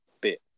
bit